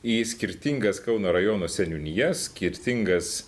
į skirtingas kauno rajono seniūnijas skirtingas